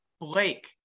Blake